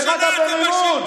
במימון,